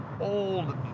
old